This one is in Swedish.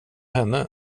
henne